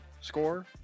score